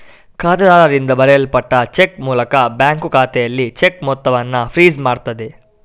ಖಾತೆದಾರರಿಂದ ಬರೆಯಲ್ಪಟ್ಟ ಚೆಕ್ ಮೂಲಕ ಬ್ಯಾಂಕು ಖಾತೆಯಲ್ಲಿ ಚೆಕ್ ಮೊತ್ತವನ್ನ ಫ್ರೀಜ್ ಮಾಡ್ತದೆ